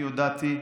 אני הודעתי,